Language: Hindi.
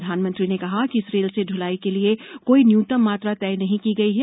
प्रधानमंत्री ने कहा कि इस रेल से ढुलाई के लिए कोई न्यूनतम मात्रा तय नहीं की गई है